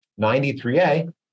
93A